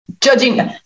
judging